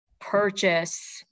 purchase